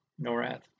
Norath